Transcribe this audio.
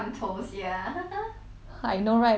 I know right but 你笑得有点很贱贱的 though